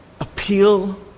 appeal